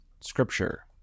Scripture